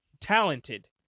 talented